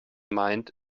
mind